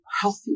Healthy